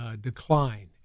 decline